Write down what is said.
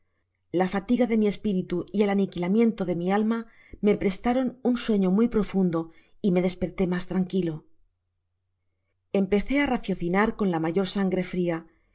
la fatiga de mi espiritu y el aniquilamiento de mi alma me prestaron un sueño muy profundo y me despertó mas tranquilo empecé á raciocinar con la mayor sangre fria